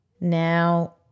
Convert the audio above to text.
now